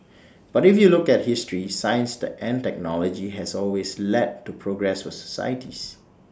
but if you look at history science the and technology has always led to progress for societies